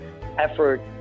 effort